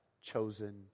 chosen